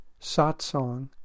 Satsang